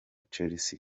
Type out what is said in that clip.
chelsea